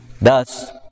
Thus